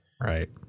right